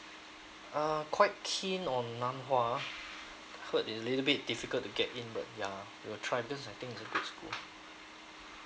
uh quite keen on nan hua heard it's a little bit difficult to get in but ya we'll try because I think it's a good school